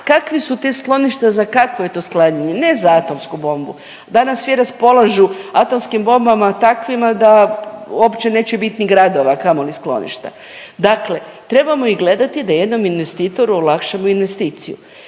kakvi su te skloništa, za kakvo je to sklanjanje, ne za atomsku bombu. Danas svi raspolažu atomskim bombama takvima da opće neće biti ni gradova, a kamoli skloništa. Dakle, trebamo ih gledati da jednom investitoru olakšamo investiciju